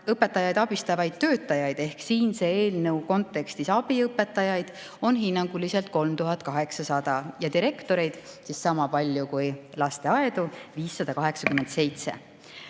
Õpetajaid abistavaid töötajaid ehk siinse eelnõu kontekstis abiõpetajaid on hinnanguliselt 3800 ja direktoreid sama palju kui lasteaedu, 597.